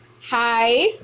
Hi